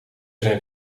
zijn